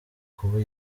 kuba